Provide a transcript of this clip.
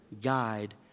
guide